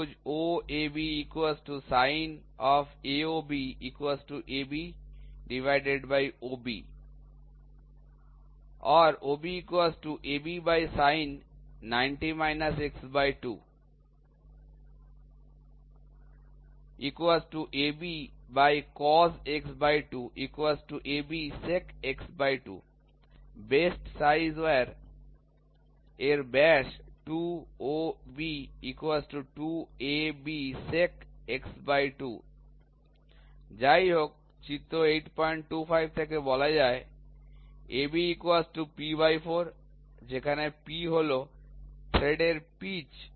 ত্রিভুজ OAB sin ABOB অর্থাৎ sin 90 x2 ABOB best size wire এর ব্যাস 2 2 sec x2 যাই হোক চিত্র 825 থেকে বলা যায় AB p 4 যেখানে p হলো থ্রেড এর পিচ